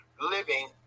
living